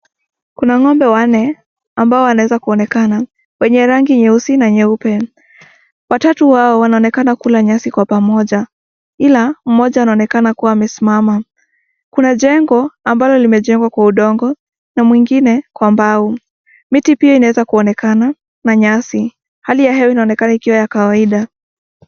Kuna ng'ombe wanne ambao wanaweza kuonekana wenye rangi nyeusi na nyeupe, watatu wao wanaonekana kula nyasi kwa pamoja , ila mmoja anaonekana kuwa amesimama. Kuna jengo ambalo limejengwa kwa udongo na mwingine kwa mbao, miti pia inaweza kuonekana na nyasi, hali ya hewa inaoenkana ikiwa ya kawaida.